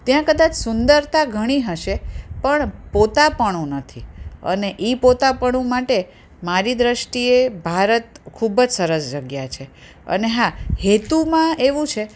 ત્યાં કદાચ સુંદરતા ઘણી હશે પણ પોતાપણું નથી અને એ પોતાપણું માટે મારી દૃષ્ટિએ ભારત ખૂબ જ સરસ જગ્યા છે અને હા હેતુમાં એવું છે